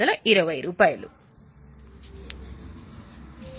1620 ని చూపిస్తాము